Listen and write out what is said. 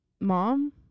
mom